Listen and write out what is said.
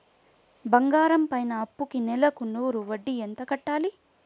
బంగారం పైన అప్పుకి నెలకు నూరు వడ్డీ ఎంత కట్టాలి?